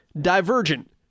Divergent